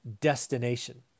destination